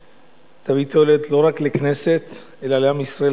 שתביא תועלת לא רק לכנסת אלא לעם ישראל